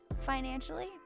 financially